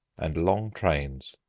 and long trains.